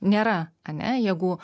nėra ane jeigu